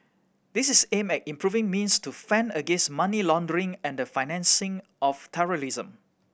this is aimed at improving means to fend against money laundering and the financing of terrorism